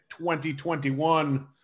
2021